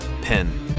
pen